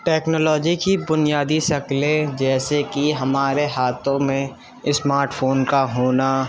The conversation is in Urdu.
ٹیکنالوجی کی بنیادی شکلیں جیسے کہ ہمارے ہاتھوں میں اسمارٹ فون کا ہونا